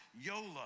YOLO